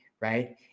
right